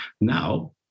Now